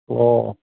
ꯑꯣ